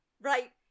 right